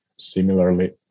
similarly